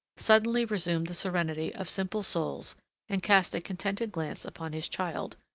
suddenly resumed the serenity of simple souls and cast a contented glance upon his child,